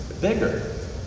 bigger